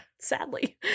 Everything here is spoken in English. sadly